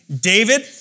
David